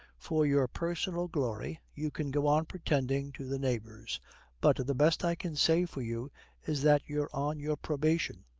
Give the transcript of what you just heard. for your personal glory, you can go on pretending to the neighbours but the best i can say for you is that you're on your probation.